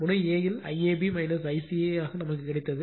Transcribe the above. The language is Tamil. நான் முனை A இல் IAB ICA ஆக நமக்கு கிடைத்தது